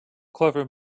clever